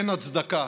אין הצדקה